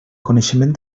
coneixement